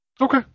Okay